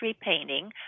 painting